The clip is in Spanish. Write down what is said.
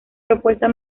propuesta